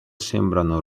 sembrano